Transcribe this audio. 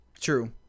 True